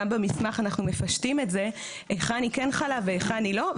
גם במסמך אנחנו מפשטים את זה היכן היא כן חלה והיכן היא לא.